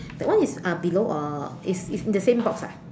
that one is uh below or it's it's in the same box ah